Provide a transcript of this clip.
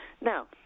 Now